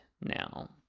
now